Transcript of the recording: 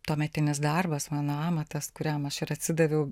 tuometinis darbas mano amatas kuriam aš ir atsidaviau